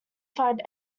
find